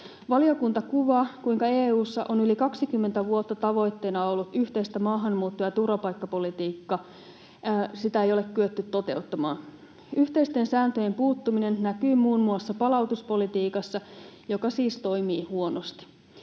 Valiokunta kuvaa, kuinka EU:ssa yli 20 vuotta tavoitteena ollutta yhteistä maahanmuutto- ja turvapaikkapolitiikkaa ei ole kyetty toteuttamaan. Yhteisten sääntöjen puuttuminen näkyy muun muassa palautuspolitiikassa, joka siis toimii huonosti.